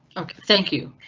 ok, thank you.